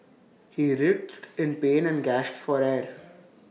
he writhed in pain and gasped for air